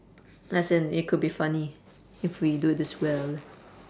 as in it could be funny if we do this well